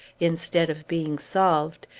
instead of being solved,